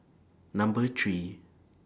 Number three